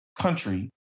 country